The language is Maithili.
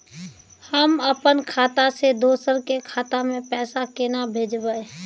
हम अपन खाता से दोसर के खाता में पैसा केना भेजिए?